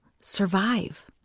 survive